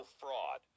fraud